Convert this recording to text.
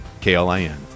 KLIN